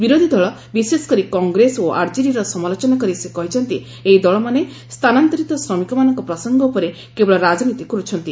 ବିରୋଧୀ ଦଳ ବିଶେଷକରି କଂଗ୍ରେସ ଓ ଆର୍ଜେଡିର ସମାଲୋଚନା କରି ସେ କହିଛନ୍ତି ଏହି ଦଳମାନେ ସ୍ଥାନାନ୍ତରିତ ଶ୍ରମିକମାନଙ୍କ ପ୍ରସଙ୍ଗ ଉପରେ କେବଳ ରାଜନୀତି କରୁଛନ୍ତି